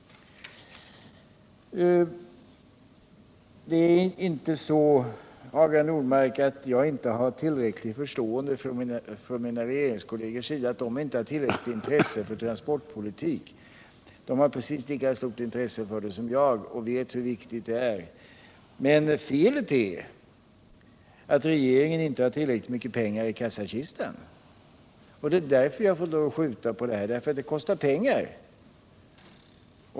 Det är inte så, Hagar Normark, att mina regeringskolleger inte har tillräckligt intresse för transportpolitiken. De har precis lika stort intresse som jag och vet hur viktig den är. Men felet är att regeringen inte har tillräckligt med pengar i kassakistan. Det är därför vi får lov att skjuta på en reform.